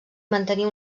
mantenia